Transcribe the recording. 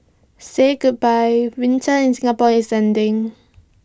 say goodbye winter in Singapore is ending